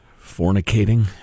Fornicating